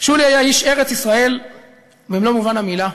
שולי היה איש ארץ-ישראל במלוא מובן המילה.